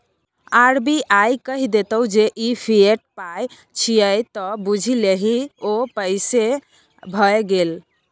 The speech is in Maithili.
आर.बी.आई कहि देतौ जे ई फिएट पाय छियै त बुझि लही ओ पैसे भए गेलै